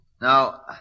Now